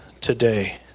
today